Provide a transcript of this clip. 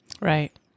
Right